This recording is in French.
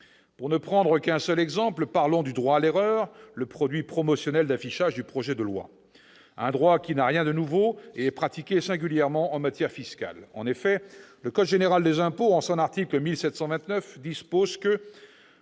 Pour ne prendre qu'un seul exemple, parlons du droit à l'erreur, le produit promotionnel d'affichage du projet de loi, un droit qui n'a rien de nouveau et qui est pratiqué singulièrement en matière fiscale. En effet, le code général des impôts dispose à l'article 1729 que